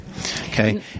Okay